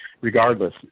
regardless